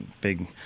big